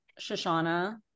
Shoshana